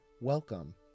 Welcome